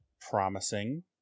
promising